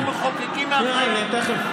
אנחנו מחוקקים מהחיים.